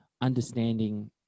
understanding